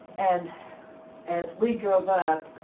and as we drove up,